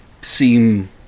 seem